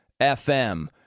FM